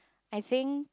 I think